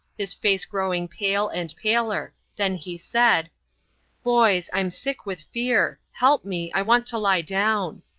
his face growing pale and paler then he said boys, i'm sick with fear. help me i want to lie down!